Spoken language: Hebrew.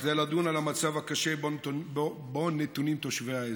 כדי לדון על המצב הקשה שבו נתונים תושבי האזור.